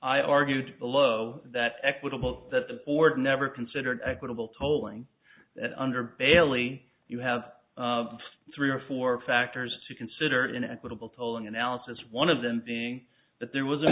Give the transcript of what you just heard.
i argued below that equitable that the board never considered equitable tolling and under bailey you have three or four factors to consider in equitable tolling analysis one of them being that there was a